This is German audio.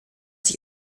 sich